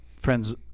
friend's